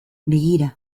begira